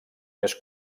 més